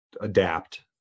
adapt